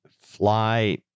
fly